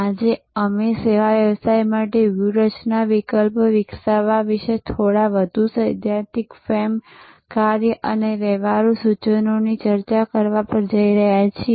આજે અમે સેવા વ્યવસાય માટે વ્યૂહરચના વિકલ્પો વિકસાવવા વિશે થોડા વધુ સૈદ્ધાંતિક ફ્રેમ કાર્ય અને વ્યવહારુ સૂચનોની ચર્ચા કરવા જઈ રહ્યા છીએ